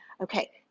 Okay